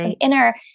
inner